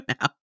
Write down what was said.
now